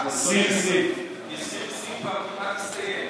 2020. 2020 כמעט הסתיימה.